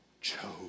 chose